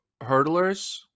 hurdlers